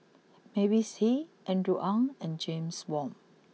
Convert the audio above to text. Mavis Hee Andrew Ang and James Wong